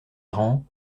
errant